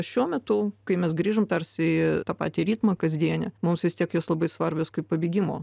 šiuo metu kai mes grįžom tarsi į tą patį ritmą kasdienį mums vis tiek jos labai svarbios kaip pabėgimo